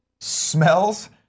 smells